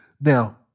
Now